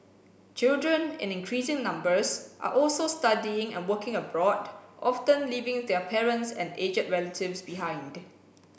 children in increasing numbers are also studying and working abroad often leaving their parents and aged relatives behind